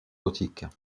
nautiques